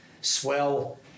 swell